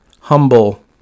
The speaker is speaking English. humble